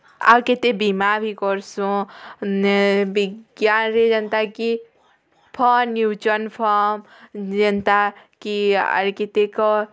ଆଉ କେତେ ବୀମା ଭି କର୍ସୁଁ ଫଣ୍ଡ ମ୍ୟୁଚୁଆଲ୍ ଫଣ୍ଡ ଯେନ୍ତା କି କେତେକ